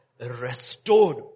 restored